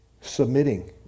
submitting